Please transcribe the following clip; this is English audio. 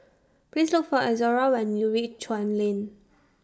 Please Look For Izora when YOU REACH Chuan Lane